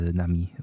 nami